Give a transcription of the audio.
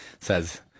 says